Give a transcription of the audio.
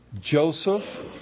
Joseph